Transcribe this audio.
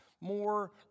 more